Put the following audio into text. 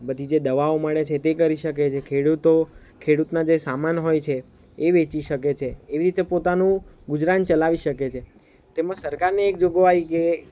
બધી જે દવાઓ મળે છે તે કરી શકે છે ખેળુતો ખેડૂતના જે સામાન હોય છે એ વેચી શકે છે એવી રીતે પોતાનું ગુજરાન ચલાવી શકે છે તેમાં સરકારની એક જોગવાઈ કે